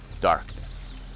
darkness